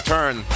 Turn